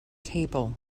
table